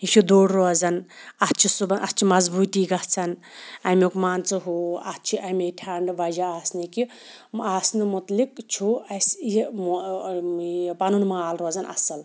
یہِ چھُ دوٚر روزان اتھ چھُ مَضبوٗطی گَژھان امکۍ مان ژٕ ہہُ اَتھ چھِ امے ٹھَنٛڈٕ وَجہَ آسنہٕ کہِ آسنہٕ مُتلِق چھُ اَسہِ یہِ پَنُن مال روزان اَصل